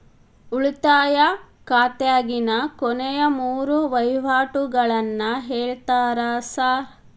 ಉಳಿತಾಯ ಖಾತ್ಯಾಗಿನ ಕೊನೆಯ ಮೂರು ವಹಿವಾಟುಗಳನ್ನ ಹೇಳ್ತೇರ ಸಾರ್?